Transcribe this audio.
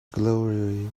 glory